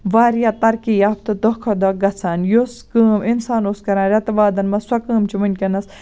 واریاہ ترقی یافتہٕ دۄہ کھۄتہٕ دۄہ گژھان یُس کٲم اِنسان اوس کران رٮ۪تہٕ وادَن منٛز سۄ کٲم چھُ ؤنکیٚنس